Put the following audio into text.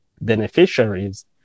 beneficiaries